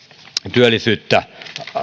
työllisyyttä